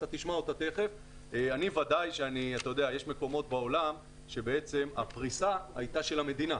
יש מקומות בעולם שבעצם הפריסה הייתה של המדינה.